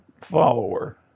follower